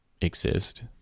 exist